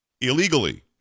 illegally